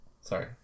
Sorry